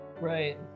Right